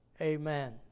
amen